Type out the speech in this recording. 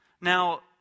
Now